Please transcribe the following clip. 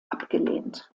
abgelehnt